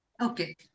Okay